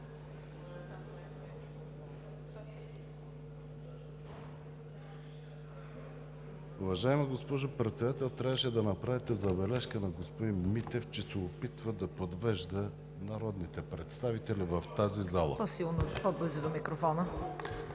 Уважаема госпожо Председател, трябваше да направите забележка на господин Митев, че се опитва да подвежда народните представители в тази зала.